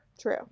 True